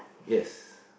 yes